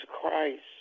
Christ